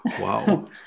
Wow